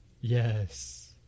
Yes